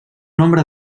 nombre